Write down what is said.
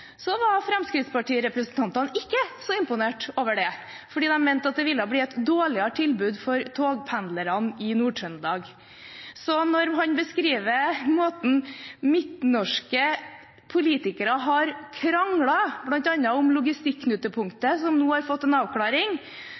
var Fremskrittsparti-representantene ikke så imponert over dette, for de mente det ville bli et dårligere tilbud for togpendlerne i Nord-Trøndelag. Så når Bjørnstad beskriver hvordan politikere fra Midt-Norge har kranglet, bl.a. om logistikknutepunktet, som nå har fått en avklaring,